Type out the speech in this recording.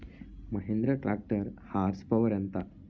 Mahindra tractor horse power ఎంత?